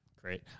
Great